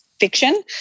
Fiction